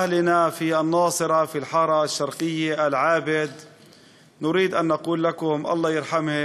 משפחת עאבד מהשכונה המזרחית בנצרת ולומר להן: אלוהים ירחם עליהם.